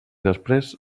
després